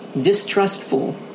Distrustful